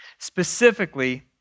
specifically